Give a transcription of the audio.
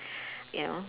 ya